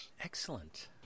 excellent